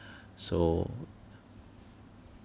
so